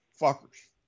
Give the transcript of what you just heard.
fuckers